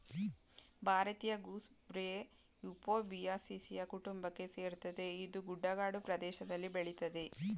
ಭಾರತೀಯ gooseberry Euphorbiaceae ಕುಟುಂಬಕ್ಕೆ ಸೇರ್ತದೆ ಇದು ಗುಡ್ಡಗಾಡು ಪ್ರದೇಷ್ದಲ್ಲಿ ಬೆಳಿತದೆ